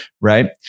right